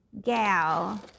gal